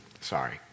Sorry